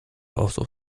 osób